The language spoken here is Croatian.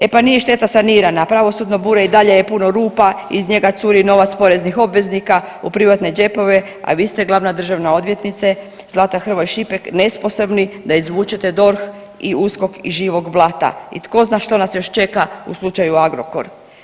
E pa nije šteta sanirana, pravosudno bure i dalje je puno rupa, iz njega curi novac poreznih obveznika u privatne džepove, a vi ste, glavna državna odvjetnice, Zlata Hrvoj Šipek nesposobni da izvučete DORH i USKOK iz živog blata i tko zna što nas još čeka u slučaju Agrokor.